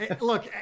Look